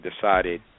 decided